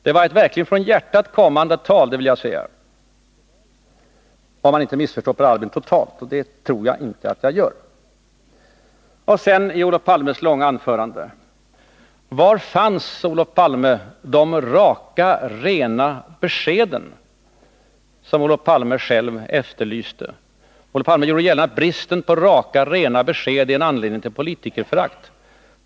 Det var verkligen ett från hjärtat kommande tal — det vill jag säga — om jag inte missförstår Per Albin totalt, och det tror jag inte att jag gör. Och var i Olof Palmes långa anförande fanns de raka, rena beskeden, som Olof Palme själv efterlyste? Olof Palme gjorde gällande att bristen på raka, rena besked är en anledning till politikerförakt.